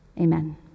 Amen